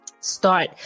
start